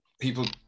People